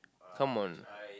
come on